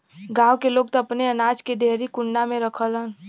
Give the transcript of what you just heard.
गांव के लोग त अपने अनाज के डेहरी कुंडा में रखलन